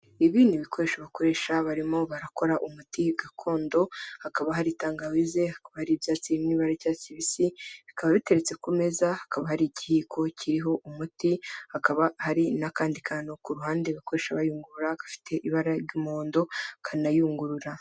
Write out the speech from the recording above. Ibi ni ibikoresho bakoresha barimo barakora umuti gakondo, hakaba hari tangawize, hakaba hari ibyatsi by'ibara ry'icyatsi kibisi, bikaba biteretse ku meza, hakaba hari ikiyiko kiriho umuti, hakaba hari n'akandi kantu ku ruhande bakoresha bayungurura gafite ibara ry'umuhondo kanayungurura.